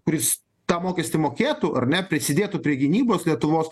kuris tą mokestį mokėtų ar ne prisidėtų prie gynybos lietuvos